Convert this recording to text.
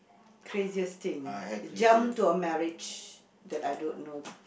craziest thing jump to a marriage that I don't know